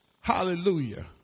hallelujah